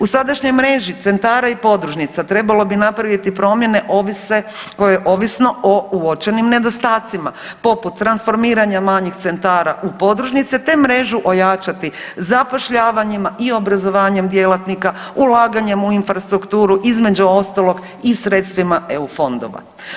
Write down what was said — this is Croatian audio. U sadašnjoj mreži centara i podružnica trebalo bi napraviti promjene ovisno o uočenim nedostacima poput transformiranja manjih centara u podružnice, te mrežu ojačati zapošljavanjima i obrazovanjem djelatnika, ulaganjem u infrastrukturu između ostalog i sredstvima EU fondova.